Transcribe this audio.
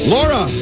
Laura